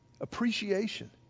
Appreciation